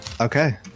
Okay